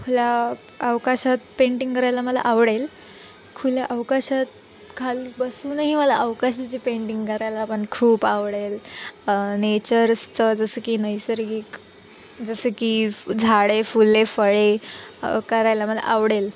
खुल्या अवकाशात पेंटिंग करायला मला आवडेल खुल्या अवकाशात खाली बसूनही मला अवकाशाची पेंटिंग करायला पण खूप आवडेल नेचर्सचं जसं की नैसर्गिक जसं की झाडे फुले फळे करायला मला आवडेल